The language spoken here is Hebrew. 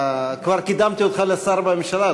כבר קידמתי אותך לשר בממשלה,